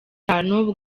itanu